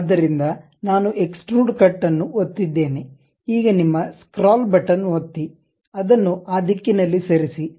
ಆದ್ದರಿಂದ ನಾನು extrude cut ಅನ್ನು ಒತ್ತಿದ್ದೇನೆ ಈಗ ನಿಮ್ಮ ಸ್ಕ್ರಾಲ್ ಬಟನ್ ಒತ್ತಿ ಅದನ್ನು ಆ ದಿಕ್ಕಿನಲ್ಲಿ ಸರಿಸಿ